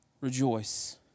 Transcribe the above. rejoice